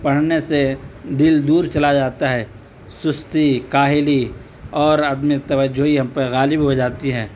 پڑھنے سے دل دور چلا جاتا ہے سستی کاہلی اور عدمِ توجہی ہم پہ غالب ہو جاتی ہے